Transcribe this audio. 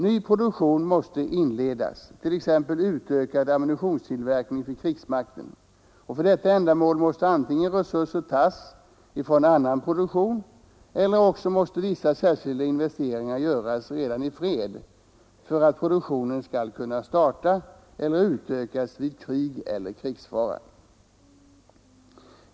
Ny produktion måste inledas, t.ex. utökad ammunitionstillverkning för krigsmakten, och för detta ändamål måste antingen resurserna tas från annan produktion eller också vissa särskilda investeringar göras redan i fred för att produktionen skall kunna starta eller utökas vid krig eller krigsfara.